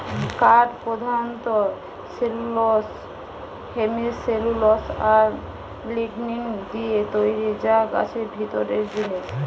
কাঠ পোধানত cellulose, hemicellulose আর লিগনিন দিয়ে তৈরি যা গাছের ভিতরের জিনিস